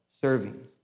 serving